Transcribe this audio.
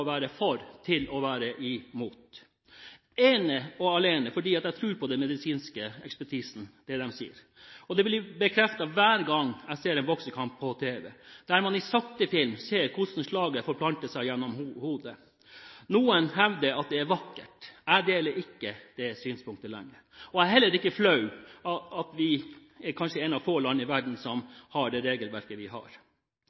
være for til å være mot, ene og alene fordi jeg tror på den medisinske ekspertisen og det de sier. Det blir bekreftet hver gang jeg ser en boksekamp på tv, der man i sakte film ser hvordan slaget forplanter seg gjennom hodet. Noen hevder at det er vakkert – jeg deler ikke det synspunktet lenger. Jeg er heller ikke flau over at vi er kanskje et av få land i verden som